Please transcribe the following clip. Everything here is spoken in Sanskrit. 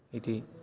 इति